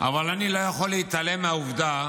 אבל אני לא יכול להתעלם מהעובדה